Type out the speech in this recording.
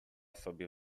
sobie